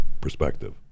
perspective